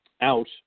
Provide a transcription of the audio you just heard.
out